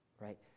Right